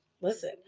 listen